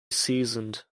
seasoned